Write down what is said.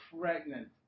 pregnant